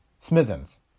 Smithens